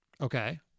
Okay